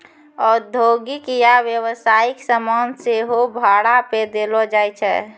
औद्योगिक या व्यवसायिक समान सेहो भाड़ा पे देलो जाय छै